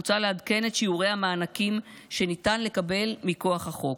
מוצע לעדכן את שיעורי המענקים שניתן לקבל מכוח החוק,